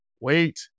wait